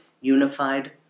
unified